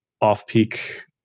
off-peak